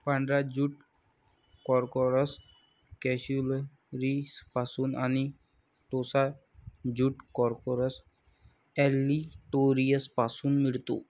पांढरा jute corchorus कॅप्सुलरिसपासून आणि टोसा ज्यूट कॉर्कोरस ऑलिटोरियसपासून मिळतो